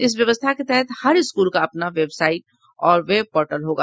इस व्यवस्था के तहत हर स्कूल का अपना वेबसाइट और वेब पोर्टल होगा